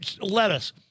lettuce